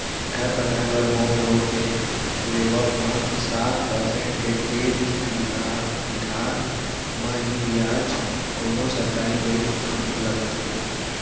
घर बनाए बर होम लोन के लेवब म सात परसेंट के तीर तिखार म ही बियाज कोनो सरकारी बेंक म लगथे